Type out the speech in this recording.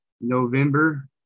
November